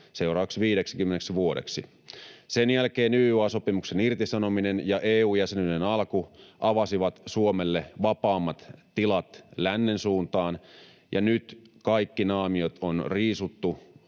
seuraaviksi 50 vuodeksi. Sen jälkeen YYA-sopimuksen irtisanominen ja EU-jäsenyyden alku avasivat Suomelle vapaammat tilat lännen suuntaan, ja nyt kaikki naamiot on riisuttu